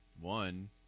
One